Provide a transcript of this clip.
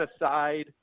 aside